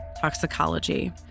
toxicology